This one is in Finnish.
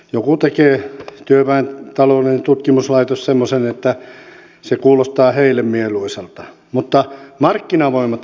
joku tekee työväen taloudellinen tutkimuslaitos semmoisen että se kuulostaa heille mieluisalta mutta markkinavoimat eivät näitä kysele